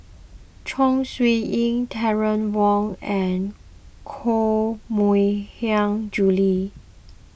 Chong Siew Ying Terry Wong and Koh Mui Hiang Julie